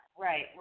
right